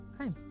Okay